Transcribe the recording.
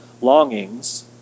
longings